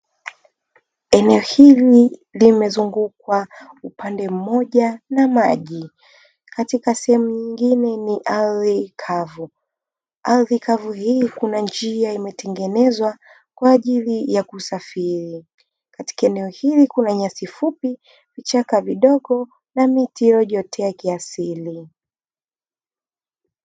Eneo hili limezungukwa upande mmoja na maji na sehemu nyingine ni ardhi kavu, ardhi kavu hii kuna njia imetengenezwa kwa ajili ya kusafiri katika eneo hili kuna nyasi fupi, vichaka vidogo na miti iliyojiotea kiasili.